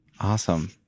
Awesome